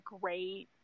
great